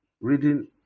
reading